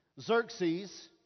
Xerxes